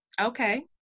okay